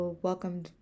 Welcome